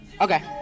Okay